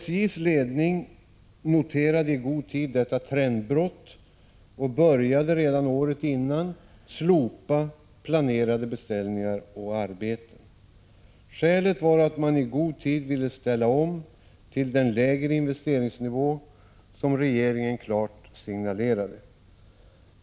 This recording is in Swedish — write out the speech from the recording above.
SJ:s ledning noterade i god tid detta trendbrott och började redan ett år tidigare slopa planerade beställningar och arbeten. Skälet var att man i god tid ville ställa om till den lägre investeringsnivå som regeringen klart signalerade.